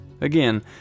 Again